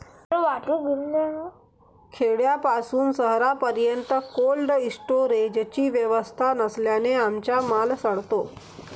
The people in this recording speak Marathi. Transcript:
खेड्यापासून शहरापर्यंत कोल्ड स्टोरेजची व्यवस्था नसल्याने आमचा माल सडतो